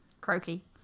Croaky